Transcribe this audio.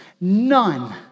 none